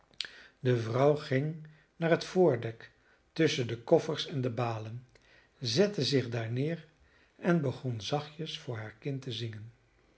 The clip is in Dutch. de vrouw ging naar het voordek tusschen de koffers en de balen zette zich daar neer en begon zachtjes voor haar kind te zingen